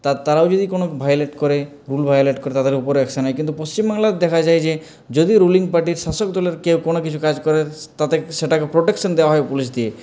তা তারাও যদি কোনো ভায়োলেট করে রুল ভায়োলেট করে তাদের উপরে অ্যাকশন হয় কিন্তু পশ্চিমবাংলার দেখা যায় যে যদিও রুলিং পার্টির শাসক দলের কেউ কোনো কিছু কাজ করে তাতে সেটাকে প্রোটেকশন দেওয়া হয় পুলিশ দিয়ে